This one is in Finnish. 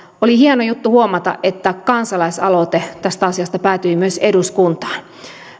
oli hieno juttu huomatta että kansalaisaloite tästä asiasta päätyi myös eduskuntaan